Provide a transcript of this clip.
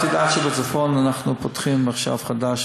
את יודעת שבצפון אנחנו פותחים עכשיו חדש,